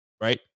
right